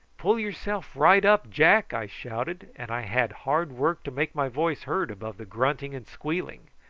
pull yourself right up, jack, i shouted, and i had hard work to make my voice heard above the grunting and squealing.